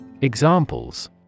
Examples